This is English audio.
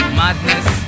madness